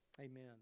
Amen